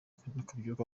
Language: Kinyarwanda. kubyuka